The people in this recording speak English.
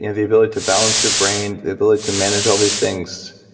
and the ability to balance your brain, the ability to manage all these things,